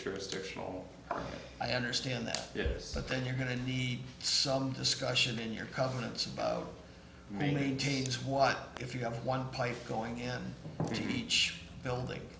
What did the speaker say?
jurisdictional i understand that yes but then you're going to need some discussion in your comments about maintains what if you have one pipe going in to each building